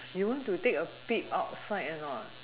you want to take a peep outside or not